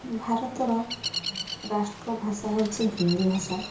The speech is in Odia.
ଭାରତର ରାଷ୍ଟ୍ର ଭାଷା ହଉଛି ହିନ୍ଦୀ ଭାଷା